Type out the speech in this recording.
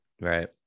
Right